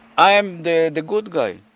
i am the the good guy.